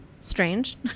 strange